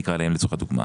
נקרא לכם כך לצורך הדוגמה,